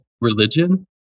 religion